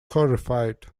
horrified